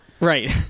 Right